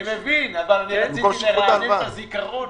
אני מבין, אבל רציתי לרענן את הזיכרון.